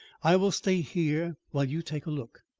i will stay here while you take a look.